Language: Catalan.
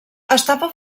estava